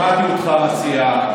שמעתי אותך, המציע.